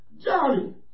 Johnny